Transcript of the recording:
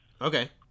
Okay